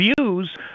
views